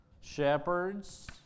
shepherds